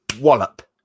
wallop